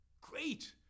great